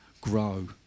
grow